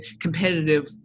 competitive